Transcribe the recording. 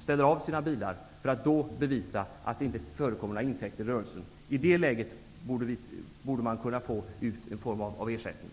ställa av bilarna. Då bevisar man att det inte förekommer några intäkter i rörelsen. I det läget borde man kunna få ut någon form av ersättning.